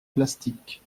plastique